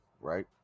right